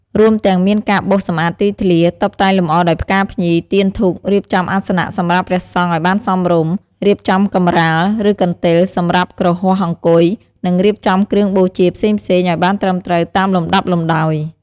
រួមទាំងមានការបោសសម្អាតទីធ្លា តុបតែងលម្អដោយផ្កាភ្ញី ទៀនធូប រៀបចំអាសនៈសម្រាប់ព្រះសង្ឃឲ្យបានសមរម្យ រៀបចំកម្រាល ឬកន្ទេលសម្រាប់គ្រហស្ថអង្គុយ និងរៀបចំគ្រឿងបូជាផ្សេងៗ ឲ្យបានត្រឹមត្រូវតាមលំដាប់លំដោយ។